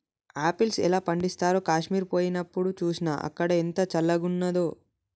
apples ఎలా పండిస్తారో కాశ్మీర్ పోయినప్డు చూస్నా, అక్కడ ఎంత చల్లంగున్నాదో